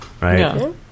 right